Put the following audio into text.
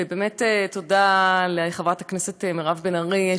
ובאמת תודה לחברת הכנסת מירב בן ארי,